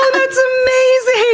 um that's amazing!